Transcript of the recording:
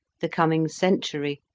the coming century,